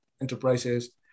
enterprises